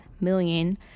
million